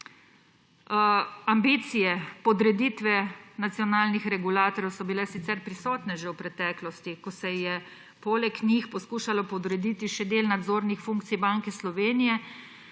Ambicije podreditve nacionalnih regulatorjev so bile sicer prisotne že v preteklosti, ko se je poleg njih poskušalo podrediti še del nadzornih funkcij Banke Slovenije,